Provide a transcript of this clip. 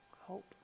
hope